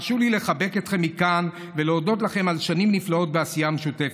הרשו לי לחבק אתכם מכאן ולהודות לכם על שנים נפלאות בעשייה משותפת.